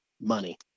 money